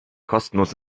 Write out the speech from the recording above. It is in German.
kostenlos